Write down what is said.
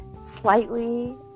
Slightly